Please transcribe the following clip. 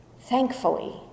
Thankfully